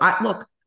Look